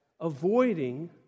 avoiding